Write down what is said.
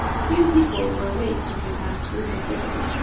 few people were awake as they passed through the city,